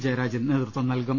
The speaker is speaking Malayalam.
ജയരാജൻ നേതൃത്വം നൽകും